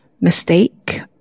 mistake